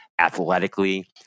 athletically